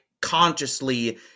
consciously